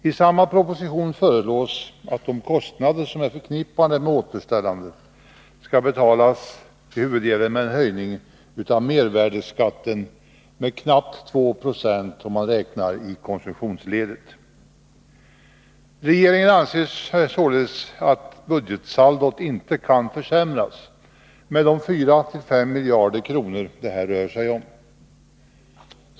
I samma proposition föreslås att de kostnader som är förknippade med återställandet till huvuddelen skall betalas med en höjning av mervärdeskatten med knappt 2 20, räknat i konsumtionsledet. Regeringen anser således att budgetsaldot inte kan få försämras med de 4-5 miljarder kronor det här rör sig om.